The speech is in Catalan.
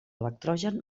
electrogen